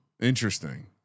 Interesting